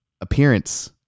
appearance